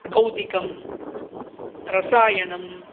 भौतिकं रसायनम्